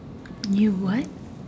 you what